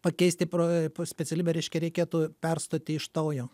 pakeisti pro specialybę reiškia reikėtų perstoti iš naujo